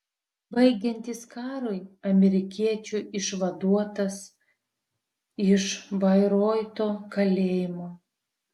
baigiantis karui amerikiečių išvaduotas iš bairoito kalėjimo